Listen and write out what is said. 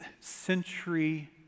century